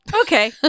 okay